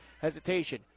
Hesitation